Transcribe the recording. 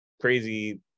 crazy